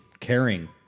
caring